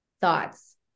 thoughts